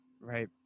Right